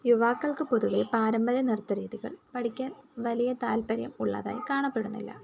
യുവാക്കൾക്ക് പൊതുവേ പാരമ്പര്യ നൃത്ത രീതികൾ പഠിക്കാൻ വലിയ താൽപ്പര്യം ഉള്ളതായി കാണപ്പെടുന്നില്ല